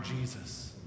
Jesus